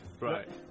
Right